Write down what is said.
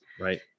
Right